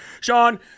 Sean